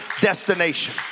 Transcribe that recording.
destination